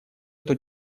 эту